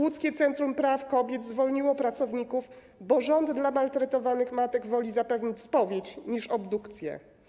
Łódzkie Centrum Praw Kobiet zwolniło pracowników, bo rząd dla maltretowanych matek woli zapewnić spowiedź niż obdukcję.